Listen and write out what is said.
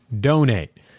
donate